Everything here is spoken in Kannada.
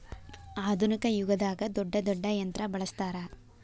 ಆದುನಿಕ ಯುಗದಾಗ ದೊಡ್ಡ ದೊಡ್ಡ ಯಂತ್ರಾ ಬಳಸ್ತಾರ